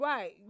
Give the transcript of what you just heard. Right